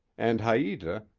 and haita,